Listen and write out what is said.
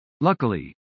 luckily